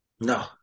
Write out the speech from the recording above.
No